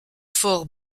fort